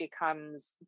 becomes